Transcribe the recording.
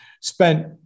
spent